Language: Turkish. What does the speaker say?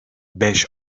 beş